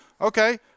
Okay